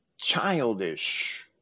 Childish